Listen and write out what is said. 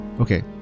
Okay